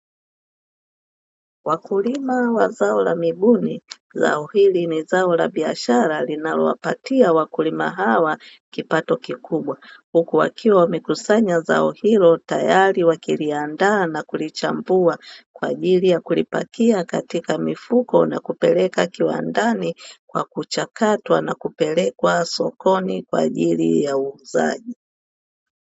Wakulima wa zao la mibuni zao hili ni zao la biashara linalo wapatia wakulima hawa kipato kikubwa, huku wakiwa wamekusanya zao hilo tayari wakiliandaa na kulichambua kwajili ya kulipakia katika mifuko na kupeleka kiwandani kwa kuchakatwa kupelekwa sokoni kwajili ya uuzaji.